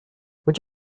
would